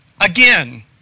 Again